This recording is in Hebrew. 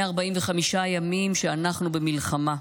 145 ימים שאנחנו במלחמה.